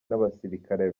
n’abasilikare